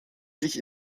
sich